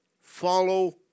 follow